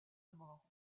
mort